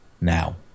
now